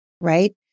right